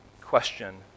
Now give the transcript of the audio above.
question